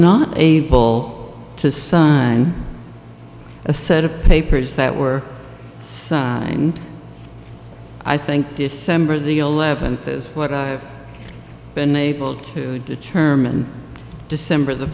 not able to sun a set of papers that were sung and i think december the eleventh is what i've been able to determine december the